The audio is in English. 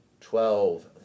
Twelve